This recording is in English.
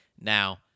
Now